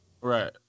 Right